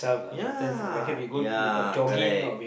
ya ya correct